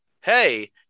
Hey